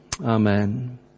Amen